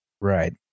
Right